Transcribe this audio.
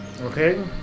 Okay